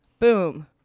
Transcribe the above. boom